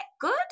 good